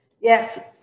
Yes